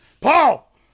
Paul